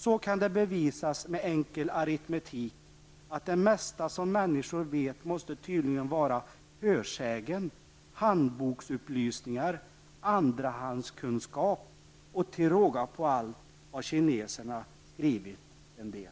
Så kan det bevisas med enkel aritmetik att det mesta som människor vet måste tydligen vara Och till råga på allt har kineserna skrivit en del.